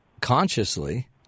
consciously